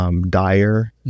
dire